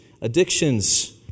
addictions